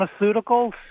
pharmaceuticals